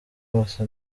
bose